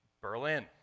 Berlin